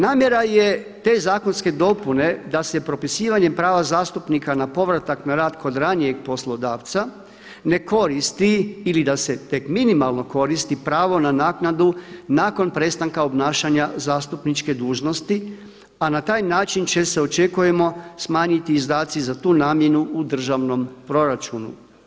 Namjera je te zakonske dopune da se propisivanjem prava zastupnika na povratak na rad kod ranijeg poslodavca ne koristi ili da se tek minimalno koristi pravo na naknadu nakon prestanka obnašanja zastupničke dužnosti a na taj način će se očekujemo smanjiti izdaci za tu namjenu u državnom proračunu.